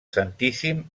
santíssim